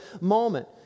moment